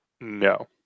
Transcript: No